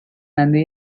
nandi